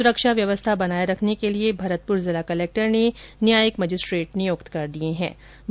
सुरक्षा व्यवस्था बनाए रखने के लिए भरतपुर जिला कलेक्टर ने न्यायिक मजिस्ट्रेट नियुक्त कर दिये गए हैं